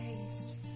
grace